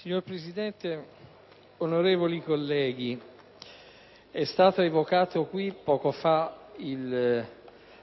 Signor Presidente, onorevoli colleghi, è stata qui evocata poco fa